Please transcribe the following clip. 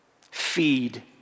feed